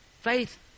Faith